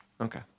Okay